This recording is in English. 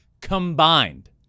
combined